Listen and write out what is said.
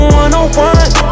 one-on-one